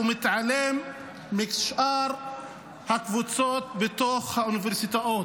ומתעלם משאר הקבוצות בתוך האוניברסיטאות.